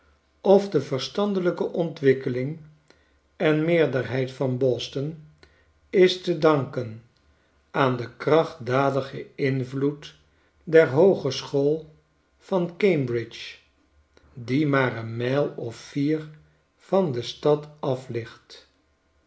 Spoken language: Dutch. of de verstandelijke ontwikkeling en meerderheid vanboston is te danken aan den krachtdadigen invloed der hoogeschool van cambridge die maar een mijl of vier van de stad